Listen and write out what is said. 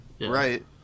right